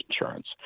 insurance